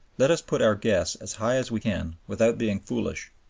let us put our guess as high as we can without being foolish,